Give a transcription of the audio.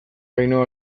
ainhoa